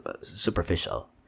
superficial